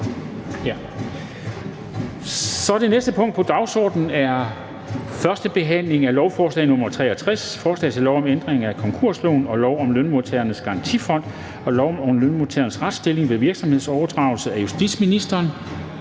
--- Det næste punkt på dagsordenen er: 6) 1. behandling af lovforslag nr. L 65: Forslag til lov om ændring af konkursloven, lov om Lønmodtagernes Garantifond og lov om lønmodtageres retsstilling ved virksomhedsoverdragelse. (Værneting